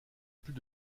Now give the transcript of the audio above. plus